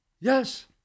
Yes